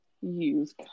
Use